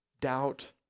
doubt